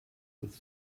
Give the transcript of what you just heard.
with